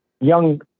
young